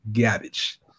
garbage